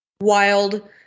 wild